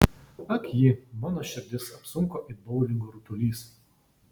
ak ji mano širdis apsunko it boulingo rutulys